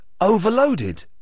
overloaded